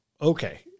okay